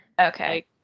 Okay